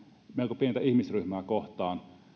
melko pientä ihmisryhmää kohtaan